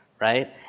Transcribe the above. right